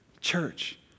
church